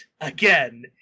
again